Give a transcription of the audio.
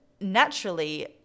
naturally